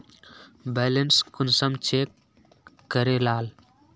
Balance कुंसम check करे लाल?